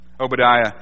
Obadiah